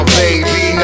baby